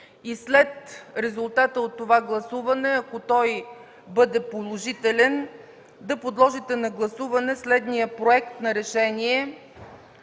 След резултата от това гласуване, ако той бъде положителен, да подложите на гласуване следния проект на Решение